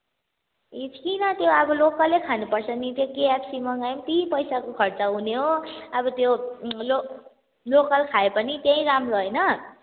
ए किन त्यो अब लोकलै खानुपर्छ नि त्यो अब केएफसी मगाए पनि ती पैसाको खर्च हुने हो अब त्यो लो लोकल खाए पनि त्यही राम्रो होइन